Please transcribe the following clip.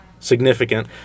Significant